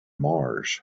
mars